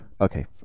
Okay